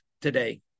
today